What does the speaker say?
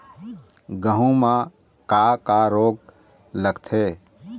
गेहूं म का का रोग लगथे?